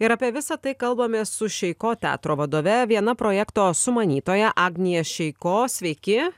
ir apie visa tai kalbamės su šeiko teatro vadove viena projekto sumanytoja agnija šeiko sveiki